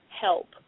help